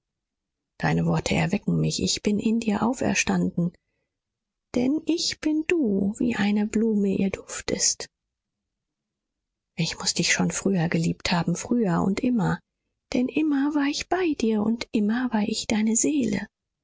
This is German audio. deine worte erwecken mich ich bin in dir auferstanden denn ich bin du wie eine blume ihr duft ist ich muß dich schon früher geliebt haben früher und immer denn immer war ich bei dir und immer war ich deine seele